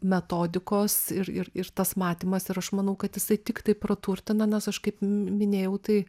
metodikos ir ir ir tas matymas ir aš manau kad jisai tiktai praturtina nes aš kaip minėjau tai